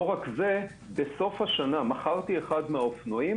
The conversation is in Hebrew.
לא רק זה, בסוף השנה מכרתי אחד מהאופנועים